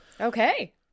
Okay